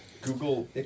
google